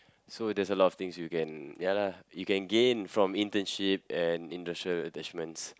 so there's a lot of things you can ya lah you can gain from internship and industrial attachments